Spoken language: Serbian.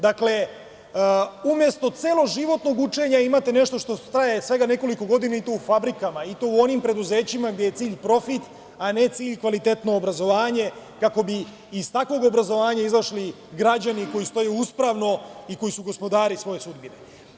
Dakle, umesto celoživotnog učenja imate nešto što traje svega nekoliko godina i to u fabrikama, i to u onim preduzećima gde je cilj profit, a ne cilj kvalitetno obrazovanje kako bi iz takvog obrazovanja izašli građani koji stoje uspravno i koji su gospodari svoje sudbine.